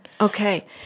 Okay